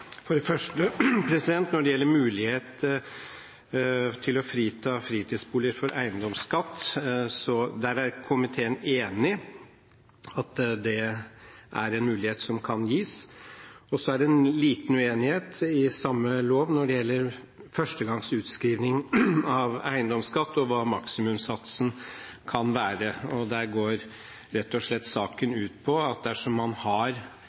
for det første når det gjelder mulighet til å frita fritidsboliger for eiendomsskatt. Komiteen er enig i at det er en mulighet som kan gis. Så er det en liten uenighet om samme lov når det gjelder førstegangsutskrivning av eiendomsskatt og hva maksimumssatsen kan være. Der går saken rett og slett ut på at dersom man har